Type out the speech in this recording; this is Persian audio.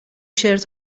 شرت